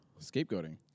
scapegoating